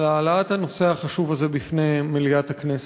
על העלאת הנושא החשוב הזה בפני מליאת הכנסת.